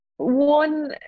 one